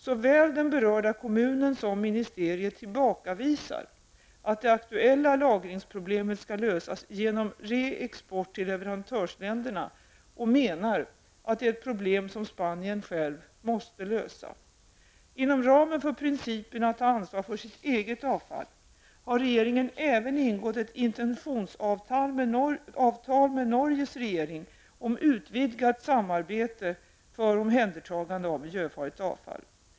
Såväl den berörda kommunen som ministeriet tillbakavisar att det aktuella lagringsproblemet skall lösas genom reexport till leverantörsländerna och menar att det är ett problem som Spanien självt måste lösa. Inom ramen för principen att ta ansvar för sitt eget avfall har regeringen även ingått ett intensitionsavtal med Norges regering om utvidgat samarbete för omhändertagande av miljöfarligt avfall.